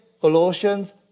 Colossians